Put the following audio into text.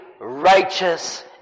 righteous